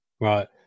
Right